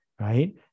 right